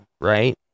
right